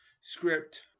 script